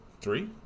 Three